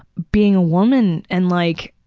being a woman and, like,